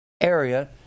area